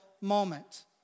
moment